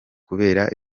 kubera